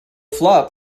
flop